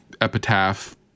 epitaph